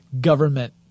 government